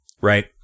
Right